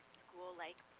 school-like